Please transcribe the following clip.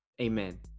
Amen